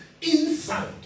inside